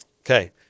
Okay